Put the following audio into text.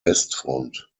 westfront